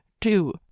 Two